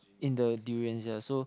in the durians ya so